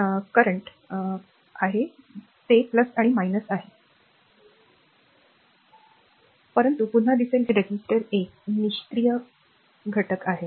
म्हणूनच प्रतिरोधक r प्रतिरोधक नंतर दिसेल की रेझिस्टरने आधी पाहिले आहे परंतु पुन्हा दिसेल की रेझिस्टर एक निष्क्रिय घटक आहे